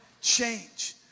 change